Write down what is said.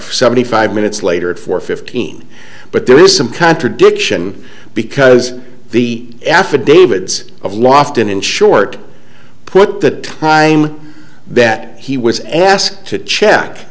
check seventy five minutes later at four fifteen but there is some contradiction because the affidavits of lost and in short put the time that he was asked to check